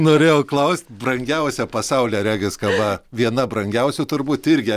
norėjau klaust brangiausia pasaulyje regis kava viena brangiausių turbūt irgi